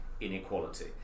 inequality